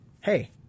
Hey